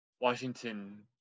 Washington